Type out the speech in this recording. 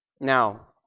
Now